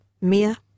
Mia